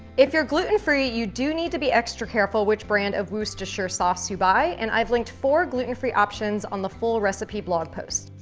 if you're gluten-free, you do need to be extra careful which brand of worcestershire sauce you buy and i've linked four gluten-free options on the full recipe blog post.